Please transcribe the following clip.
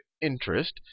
interest